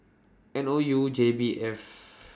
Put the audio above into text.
N O U J B F